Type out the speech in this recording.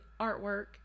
artwork